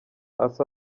asa